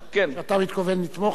זאת אומרת, אתה אומר לממשלה,